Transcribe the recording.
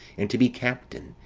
and to be captain,